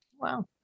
Wow